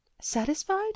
Satisfied